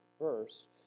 verse